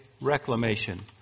reclamation